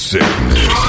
Sickness